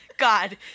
god